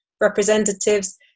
representatives